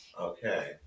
Okay